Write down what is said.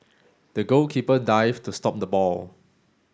the goalkeeper dived to stop the ball